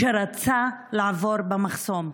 שרצה לעבור במחסום.